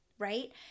Right